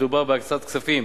מדובר בהקצאת כספים